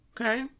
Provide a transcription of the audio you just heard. Okay